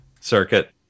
circuit